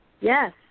Yes